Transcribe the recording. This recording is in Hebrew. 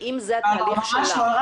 ממש לא.